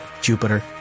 Jupiter